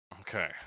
Okay